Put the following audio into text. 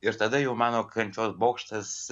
ir tada jau mano kančios bokštas